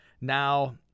Now